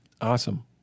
Awesome